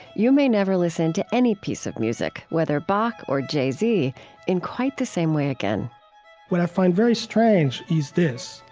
you may never listen to any piece of music whether bach or jay-z in quite the same way again what i find very strange is this.